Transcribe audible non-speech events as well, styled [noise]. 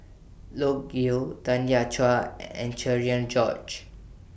Loke Yew Tanya Chua [hesitation] and Cherian George